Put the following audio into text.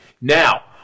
Now